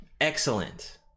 Excellent